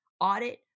Audit